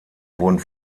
wurden